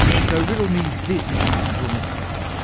so riddle me this little mystery.